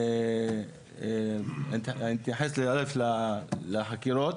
אני אתייחס אל"ף לחקירות,